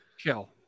Kill